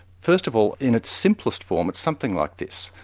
first of all, in its simplest form, it's something like this.